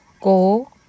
Go